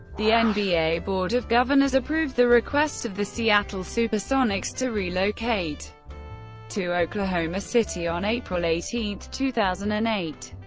the and nba board of governors approved the request of the seattle supersonics to relocate to oklahoma city on april eighteen, two thousand and eight.